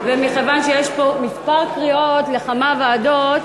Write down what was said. ומכיוון שיש פה כמה קריאות לכמה ועדות,